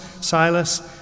Silas